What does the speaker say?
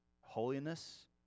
holiness